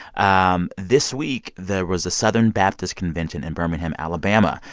um this week, there was a southern baptist convention in birmingham, ala. but ah